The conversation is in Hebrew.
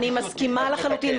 אני מסכימה לחלוטין,